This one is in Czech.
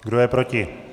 Kdo je proti?